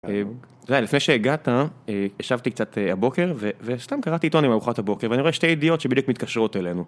לפני שהגעת, ישבתי קצת הבוקר וסתם קראתי עיתון עם ארוחת הבוקר ואני רואה שתי ידיעות שבדיוק מתקשרות אלינו.